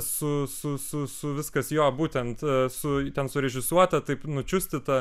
su su su su viskas jo būtent su ten surežisuota taip nučiustyta